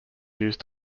used